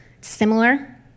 similar